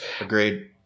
Agreed